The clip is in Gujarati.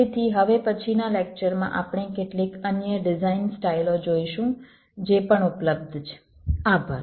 તેથી હવે પછીના લેક્ચરમાં આપણે કેટલીક અન્ય ડિઝાઇન સ્ટાઈલઓ જોઈશું જે પણ ઉપલબ્ધ છે Refer Time 3542